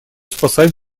спасать